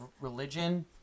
religion